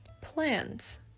plans